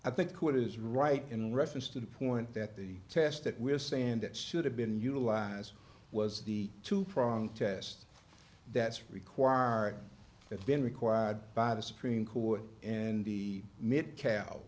i think what is right in reference to the point that the test that we're saying that should have been utilized was the two prong test that's requiring it's been required by the supreme court and the mit c